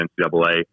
NCAA